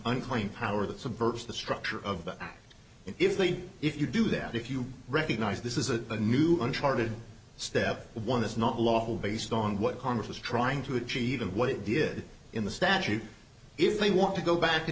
unclean power that subverts the structure of that if they if you do that if you recognize this is a new uncharted step one is not lawful based on what congress was trying to achieve and what it did in the statute if they want to go back